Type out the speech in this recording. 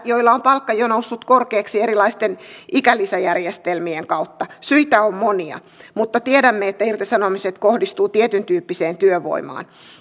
joilla on palkka jo noussut korkeaksi erilaisten ikälisäjärjestelmien kautta syitä on monia mutta tiedämme että irtisanomiset kohdistuvat tietyntyyppiseen työvoimaan